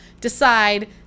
decide